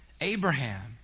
Abraham